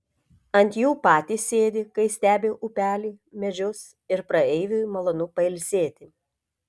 ant jų patys sėdi kai stebi upelį medžius ir praeiviui malonu pailsėti